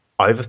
over